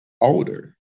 older